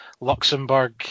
Luxembourg